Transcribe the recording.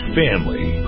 family